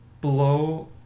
blow